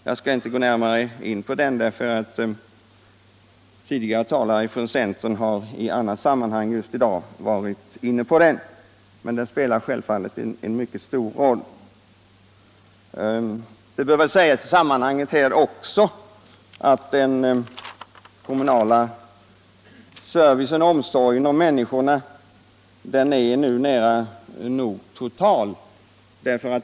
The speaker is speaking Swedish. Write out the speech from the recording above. Jag skall inte går närmare in på den — tidigare talare från centern har i annat sammanhang i dag varit inne på den - men den spelar självfallet en stor roll. Den kommunala servicen och omsorgen om människorna är nu nära nog total.